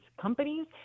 companies